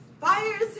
Fires